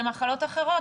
למחלות אחרות,